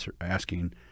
asking